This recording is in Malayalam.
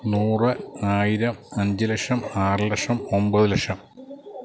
നൂറ് ആയിരം അഞ്ചു ലക്ഷം ആറു ലക്ഷം ഒമ്പത് ലക്ഷം